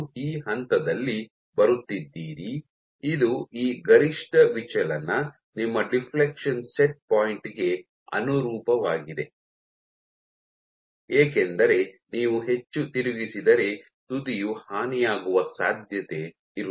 ನೀವು ಈ ಹಂತದಲ್ಲಿ ಬರುತ್ತಿದ್ದೀರಿ ಇದು ಈ ಗರಿಷ್ಠ ವಿಚಲನ ನಿಮ್ಮ ಡಿಫ್ಲೆಕ್ಷನ್ ಸೆಟ್ ಪಾಯಿಂಟ್ ಗೆ ಅನುರೂಪವಾಗಿದೆ ಏಕೆಂದರೆ ನೀವು ಹೆಚ್ಚು ತಿರುಗಿಸಿದರೆ ತುದಿಯು ಹಾನಿಯಾಗುವ ಸಾಧ್ಯತೆ ಇರುತ್ತದೆ